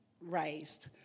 raised